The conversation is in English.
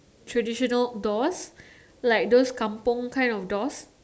traditional doors like those kampung kind of doors